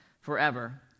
forever